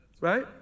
Right